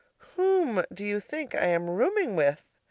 whom do you think i am rooming with?